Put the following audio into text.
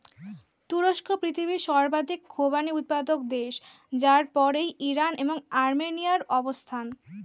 তুরস্ক পৃথিবীর সর্বাধিক খোবানি উৎপাদক দেশ যার পরেই ইরান এবং আর্মেনিয়ার অবস্থান